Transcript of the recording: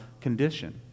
condition